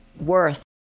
worth